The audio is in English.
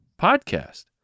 podcast